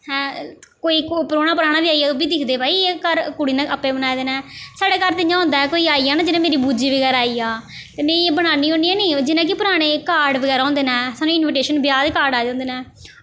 हैं कोई परौह्ना पराह्ना बी आई जा ओह् बी दिखदे भई एह् घर कुड़ी ने आपे बनाए दे न साढ़े घर ते इ'यां होंदा ऐ कोई आई जा ना जियां मेरी बूजी बगैरा आई जा ते में एह् बनानी होन्नी आं नी जियां कि पराने कार्ड बगैरा होंदे न सानू इन्वीटेशन ब्याह् दे कार्ड आए दे होंदे न